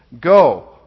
go